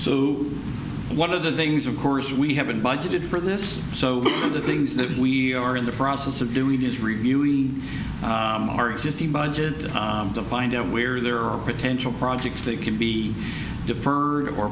so one of the things of course we haven't budgeted for this so the things that we are in the process of doing it is reviewing our existing budget to find out where there are potential projects that can be deferred or